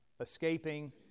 escaping